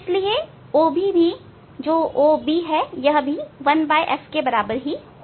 इसलिए OB भी 1f के बराबर ही होगा